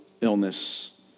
illness